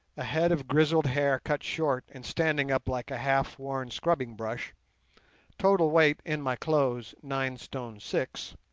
a head of grizzled hair cut short and standing up like a half-worn scrubbing-brush total weight in my clothes, nine stone six